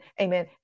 Amen